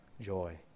joy